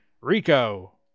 Rico